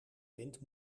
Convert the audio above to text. vindt